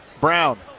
Brown